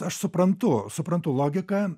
aš suprantu suprantu logiką